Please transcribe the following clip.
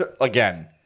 again